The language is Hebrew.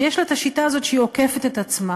שיש לה את השיטה הזאת שהיא עוקפת את עצמה.